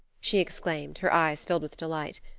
she exclaimed, her eyes filled with delight.